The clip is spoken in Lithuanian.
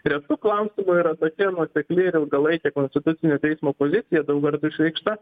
retu klausimu yra tokia nuosekli ir ilgalaikė konstitucinio teismo pozicija daug kartų išreikšta